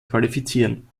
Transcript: qualifizieren